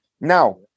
Now